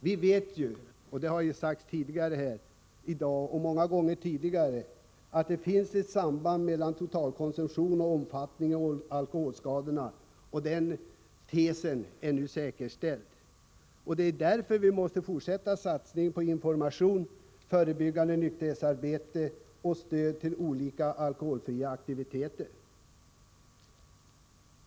Vi vet ju — det har sagts tidigare i dag och många gånger förr — att det finns ett samband mellan totalkonsumtionen och omfattningen av alkoholskadorna. Den uppfattningen har nu bekräftats. Det är därför vi måste fortsätta med satsningen på information, förebyggande nykterhetsarbete och stöd till olika alkoholfria aktiviteter.